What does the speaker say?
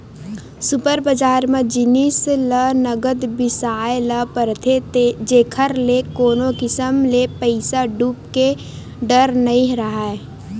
super बजार म जिनिस ल नगद बिसाए ल परथे जेखर ले कोनो किसम ले पइसा डूबे के डर नइ राहय